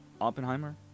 Oppenheimer